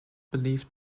believed